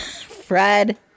Fred